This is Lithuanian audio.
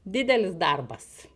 didelis darbas